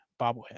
bobblehead